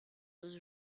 was